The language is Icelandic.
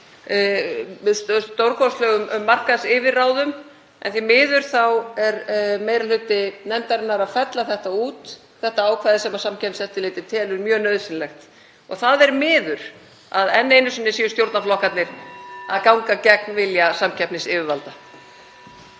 við stórkostlegum markaðsyfirráðum. En því miður þá er meiri hluti nefndarinnar að fella út þetta ákvæði sem Samkeppniseftirlitið telur mjög nauðsynlegt. Það er miður að enn einu sinni séu stjórnarflokkarnir að ganga gegn vilja samkeppnisyfirvalda.